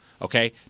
okay